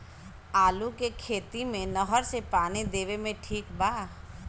आलू के खेती मे नहर से पानी देवे मे ठीक बा?